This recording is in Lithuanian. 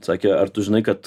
sakė ar tu žinai kad